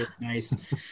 nice